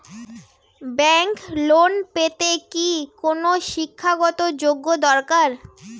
Bank loan পেতে কি কোনো শিক্ষা গত যোগ্য দরকার?